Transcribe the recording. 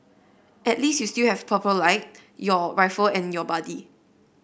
at least you still have purple light your rifle and your buddy